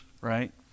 right